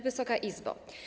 Wysoka Izbo!